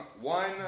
one